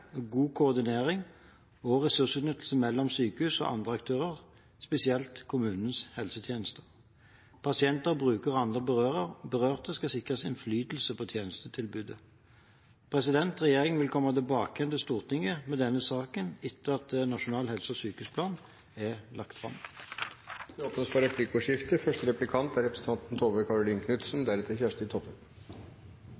samarbeid, god koordinering og ressursutnyttelse mellom sykehus og andre aktører, spesielt kommunenes helsetjeneste. Pasienter, brukere og andre berørte skal sikres innflytelse på tjenestetilbudet. Regjeringen vil komme tilbake til Stortinget med denne saken etter at nasjonal helse- og sykehusplan er lagt fram. Det blir replikkordskifte. Det er